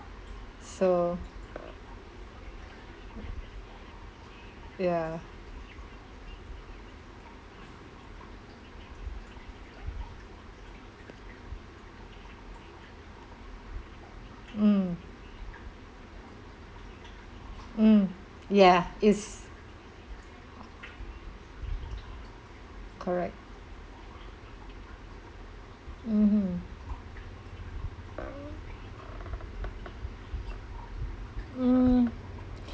so ya mm mm yeah is correct mmhmm mm